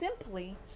simply